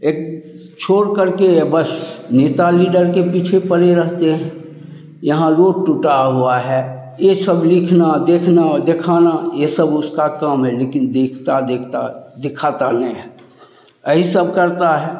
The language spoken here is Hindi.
एक छोड़कर के बस नेता लीडर के पीछे पड़े रहते हैं यहाँ रोड टूटा हुआ है यह सब लिखना देखना और दिखाना यह सब उसका काम है लेकिन देखता देखता दिखाता नहीं है यह सब करते हैं